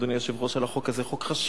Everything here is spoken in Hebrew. אדוני היושב-ראש, על החוק הזה, הוא חוק חשוב.